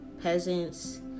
peasants